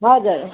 हजुर